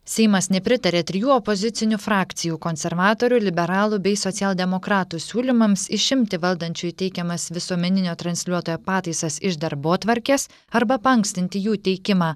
seimas nepritarė trijų opozicinių frakcijų konservatorių liberalų bei socialdemokratų siūlymams išimti valdančiųjų teikiamas visuomeninio transliuotojo pataisas iš darbotvarkės arba paankstinti jų teikimą